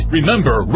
Remember